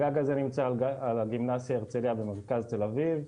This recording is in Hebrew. הגג הזה נמצא על גימנסיה הרצליה במרכז תל אביב.